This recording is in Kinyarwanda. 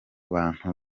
bantu